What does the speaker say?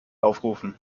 aufrufen